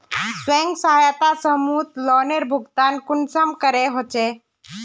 स्वयं सहायता समूहत लोनेर भुगतान कुंसम होचे?